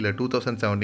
2017